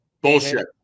Bullshit